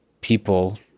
people